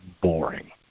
boring